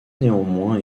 néanmoins